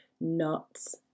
nuts